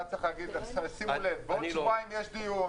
אתה צריך להגיד: שימו לב, בעוד שבועיים יש דיון.